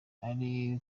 uri